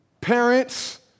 Parents